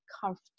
comfortable